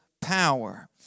power